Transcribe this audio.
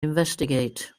investigate